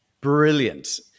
brilliant